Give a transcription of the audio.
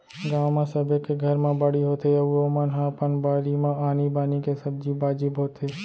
गाँव म सबे के घर म बाड़ी होथे अउ ओमन ह अपन बारी म आनी बानी के सब्जी भाजी बोथे